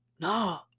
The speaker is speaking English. no